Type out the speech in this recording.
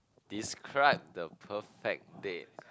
describe the perfect date